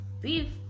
beef